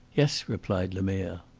yes, replied lemerre.